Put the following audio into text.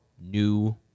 new –